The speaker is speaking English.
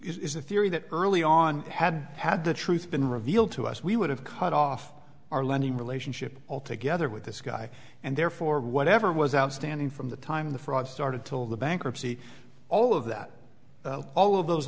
is the theory that early on had had the truth been revealed to us we would have cut off our lending relationship altogether with this guy and therefore whatever was outstanding from the time the fraud started till the bankruptcy all of that all of those